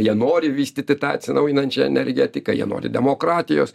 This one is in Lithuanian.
jie nori vystyti tą atsinaujinančią energetiką jie nori demokratijos